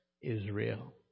Israel